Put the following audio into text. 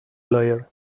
lawyer